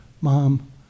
Mom